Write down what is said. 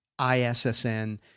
ISSN